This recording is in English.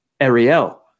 Ariel